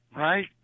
Right